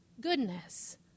goodness